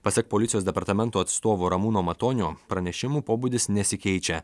pasak policijos departamento atstovo ramūno matonio pranešimų pobūdis nesikeičia